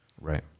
Right